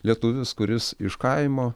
lietuvis kuris iš kaimo